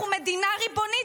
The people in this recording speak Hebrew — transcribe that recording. אנחנו מדינה ריבונית,